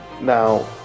now